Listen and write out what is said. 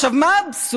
עכשיו, מה האבסורד?